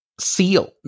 SEAL